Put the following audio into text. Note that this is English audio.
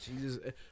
Jesus